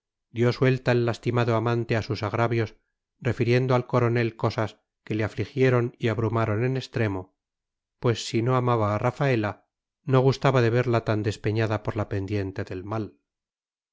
dio suelta el lastimado amante a sus agravios refiriendo al coronel cosas que le afligieron y abrumaron en extremo pues si no amaba a rafaela no gustaba de verla tan despeñada por la pendiente del mal